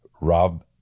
Rob